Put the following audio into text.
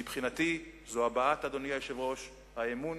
מבחינתי, אדוני היושב-ראש, זו הבעת האמון